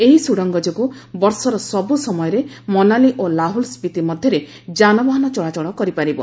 ଏହି ସୁଡ଼ଙ୍ଗ ଯୋଗୁଁ ବର୍ଷର ସବୁ ସମୟରେ ମନାଲି ଓ ଲାହୁଲ ସ୍ୱିତି ମଧ୍ୟରେ ଯାନବାହନ ଚଳାଚଳ କରିପାରିବ